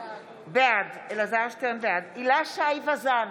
בעד הילה שי וזאן,